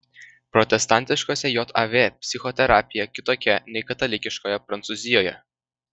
protestantiškose jav psichoterapija kitokia nei katalikiškoje prancūzijoje